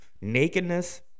Nakedness